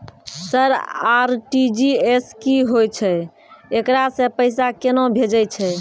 Sir RTGS की होय छै, एकरा से पैसा केना भेजै छै?